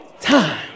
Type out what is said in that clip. time